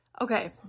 Okay